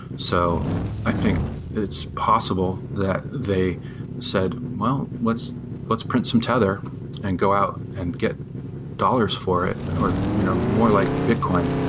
so i think it's possible that they said, well, let's let's print some tether and go out and get dollars for it, or you know more like bitcoin,